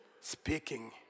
speaking